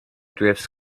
drifts